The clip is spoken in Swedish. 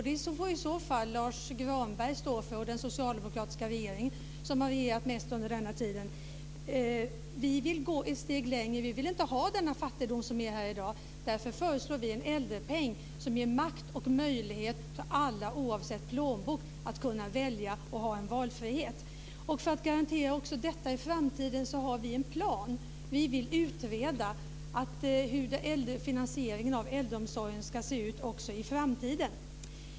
Det får i så fall Lars Granberg och den socialdemokratiska regeringen stå för som har regerat mest under den här tiden. Vi vill gå ett steg längre. Vi vill inte ha den fattigdom som finns i dag. Därför föreslår vi en äldrepeng som ger makt och möjlighet till alla, oavsett plånbok, att välja och få valfrihet. För att garantera detta också i framtiden har vi en plan. Vi vill utreda hur finansieringen av äldreomsorgen ska se ut i framtiden.